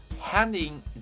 handing